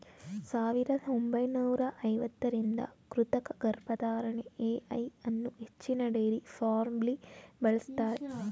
ಸಾವಿರದ ಒಂಬೈನೂರ ಐವತ್ತರಿಂದ ಕೃತಕ ಗರ್ಭಧಾರಣೆ ಎ.ಐ ಅನ್ನೂ ಹೆಚ್ಚಿನ ಡೈರಿ ಫಾರ್ಮ್ಲಿ ಬಳಸ್ತಾರೆ